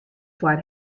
foar